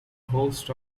host